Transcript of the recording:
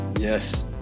Yes